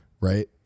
Right